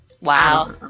Wow